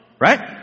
right